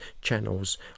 channels